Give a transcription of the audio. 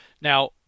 Now